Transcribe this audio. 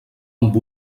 amb